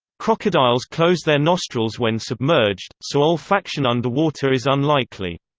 crocodiles close their nostrils when submerged, so olfaction underwater is unlikely.